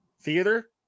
theater